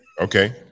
Okay